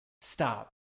Stop